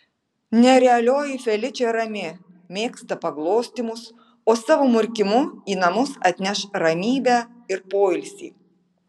nerealioji feličė rami mėgsta paglostymus o savo murkimu į namus atneš ramybę ir poilsį